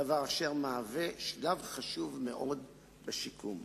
דבר שמהווה שלב חשוב מאוד בשיקום.